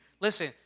listen